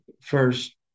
first